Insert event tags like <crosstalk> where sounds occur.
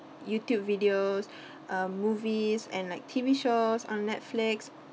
YouTube videos <breath> um movies and like T_V shows on Netflix